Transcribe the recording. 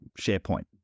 SharePoint